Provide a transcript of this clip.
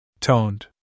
Toned